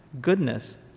goodness